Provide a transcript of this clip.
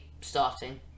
starting